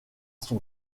son